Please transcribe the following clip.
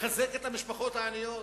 לחזק את המשפחות העניות,